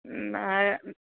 ആ